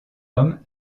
homme